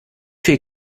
viel